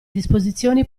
disposizioni